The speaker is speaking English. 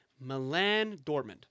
Milan-Dortmund